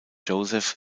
joseph